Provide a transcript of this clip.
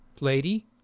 lady